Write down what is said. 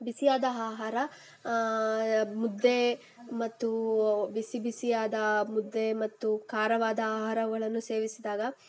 ಬಿಸಿಯಾದ ಆಹಾರ ಮುದ್ದೆ ಮತ್ತು ಬಿಸಿ ಬಿಸಿಯಾದ ಮುದ್ದೆ ಮತ್ತು ಖಾರವಾದ ಆಹಾರಗಳನ್ನು ಸೇವಿಸಿದಾಗ